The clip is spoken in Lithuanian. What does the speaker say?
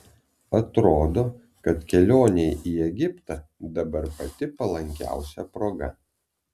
atrodo kad kelionei į egiptą dabar pati palankiausia proga